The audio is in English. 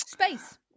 space